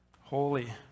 holy